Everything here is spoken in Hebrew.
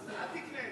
זו לא רשימה פלסטינית,